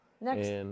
Next